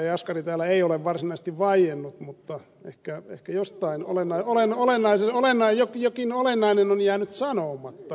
jaskari täällä ei ole varsinaisesti vaiennut mutta ehkä jostain olen olen olennaisin on aina jokin olennainen on jäänyt sanomatta